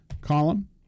column